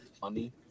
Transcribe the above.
funny